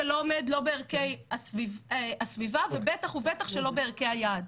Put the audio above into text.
זה לא עומד לא בערכי הסביבה ובטח ובטח שלא בערכי היעד.